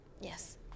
Yes